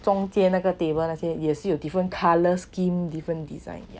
中间那个 table 那些也是有 different colour scheme different design